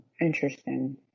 interesting